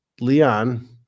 Leon